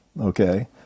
okay